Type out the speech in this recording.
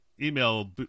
email